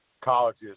college's